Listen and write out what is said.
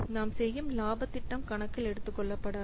நாம் செய்யும் லாபத் திட்டம் கணக்கில் எடுத்துக்கொள்ளப்படாது